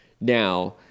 Now